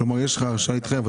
יש לך הרשאה להתחייב,